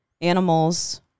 Animals